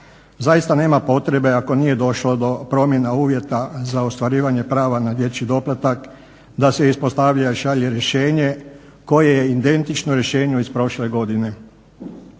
Zaista nema potrebe, ako nije došlo do promjena uvjeta za ostvarivanje prava na dječji doplatak da se ispostavlja i šalje rješenje koje je identično rješenju iz prošle godine.